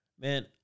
Man